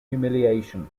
humiliation